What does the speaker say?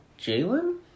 Jalen